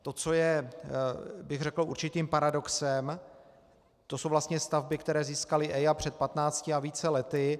To, co je řekl bych určitým paradoxem, to jsou vlastně stavby, které získaly EIA před 15 a více lety.